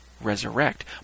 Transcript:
resurrect